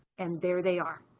and there they are.